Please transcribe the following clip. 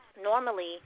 normally